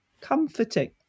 comforting